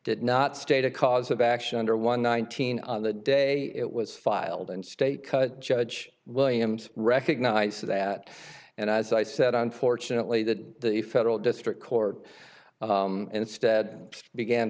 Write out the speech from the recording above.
did not state a cause of action under one nineteen on the day it was filed and state cut judge williams recognized that and as i said on fortunately that the federal district court instead began